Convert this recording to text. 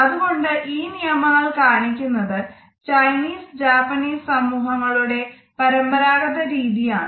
അതുകൊണ്ട് ഈ നിയമങ്ങൾ കാണിക്കുന്നത് ചൈനീസ് ജപ്പനീസ് സമൂഹങ്ങളുടെ പരമ്പരാഗത രീതിയാണ്